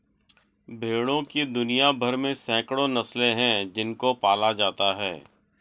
भेड़ों की दुनिया भर में सैकड़ों नस्लें हैं जिनको पाला जाता है